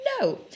No